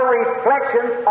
reflections